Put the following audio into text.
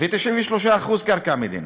ו-93% קרקע המדינה.